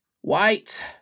White